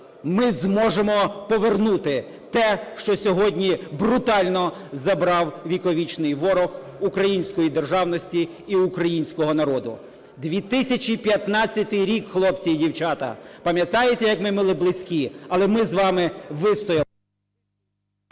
ми зможемо повернути те, що сьогодні брутально забрав віковічний ворог української державності і українського народу. 2015 рік, хлопці і дівчата, пам'ятаєте, як ми були близькі? Але ми з вами вистояли…